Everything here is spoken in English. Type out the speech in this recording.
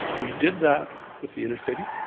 we did that with the inner city.